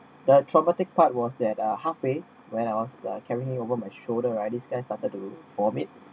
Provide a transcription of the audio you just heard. the traumatic part was that are halfway when I was carrying him over my shoulder I risk started to form it